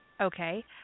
okay